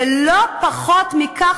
ולא פחות מכך,